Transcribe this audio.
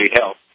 help